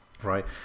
Right